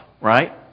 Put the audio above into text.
right